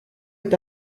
est